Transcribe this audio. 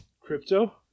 Crypto